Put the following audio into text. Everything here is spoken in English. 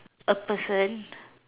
a person